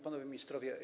Panowie Ministrowie!